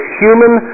human